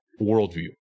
worldview